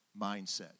mindset